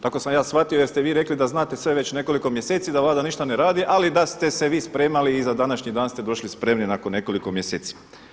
Tako sam ja shvatio jer ste vi rekli da znate sve već nekoliko mjeseci da Vlada ništa ne radi, ali da ste se vi spremali i za današnji dan ste došli spremni nakon nekoliko mjeseci.